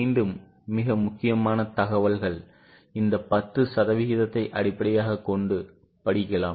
மீண்டும் மிக முக்கியமான தகவல்கள் இந்த 10 சதவிகிதத்தை அடிப்படையாகக் கொண்டு படிக்கலாம்